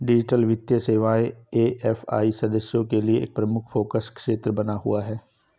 digital वित्तीय सेवाएं AFI सदस्यों के लिए एक प्रमुख फोकस क्षेत्र बना हुआ है